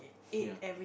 ya